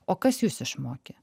o kas jus išmokė